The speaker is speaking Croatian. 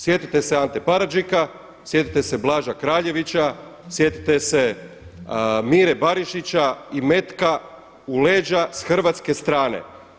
Sjetite se Ante Paradžika, sjetite se Blaža Kraljevića, sjetite se Mire Barišića i metka u leđa s hrvatske strane.